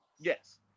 Yes